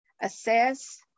assess